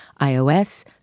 iOS